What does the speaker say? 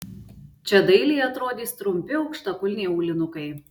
čia dailiai atrodys trumpi aukštakulniai aulinukai